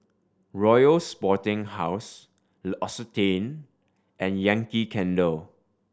Royal Sporting House L'Occitane and Yankee Candle